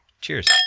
Cheers